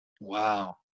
Wow